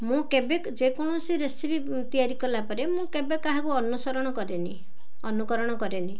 ମୁଁ କେବେ ଯେକୌଣସି ରେସିପି ତିଆରି କଲାପରେ ମୁଁ କେବେ କାହାକୁ ଅନୁସରଣ କରେନି ଅନୁକରଣ କରେନି